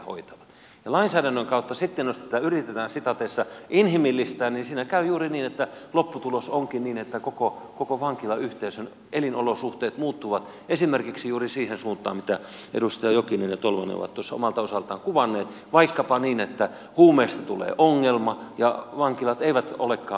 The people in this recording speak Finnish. jos lainsäädännön kautta tätä yritetään inhimillistää niin siinä käy juuri niin että lopputulos onkin niin että koko vankilayhteisön elinolosuhteet muuttuvat esimerkiksi juuri siihen suuntaan mitä edustaja jokinen ja tolvanen ovat omalta osaltaan kuvanneet vaikkapa niin että huumeista tulee ongelma ja vankilat eivät olekaan huumeettomia